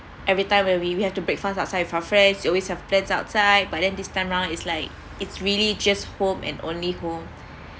everytime when we we have to breakfast outside with our friends we always have plans outside but then this time round it's like it's really just home and only home